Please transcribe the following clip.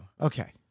Okay